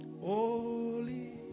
Holy